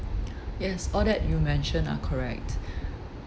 yes all that you mentioned are correct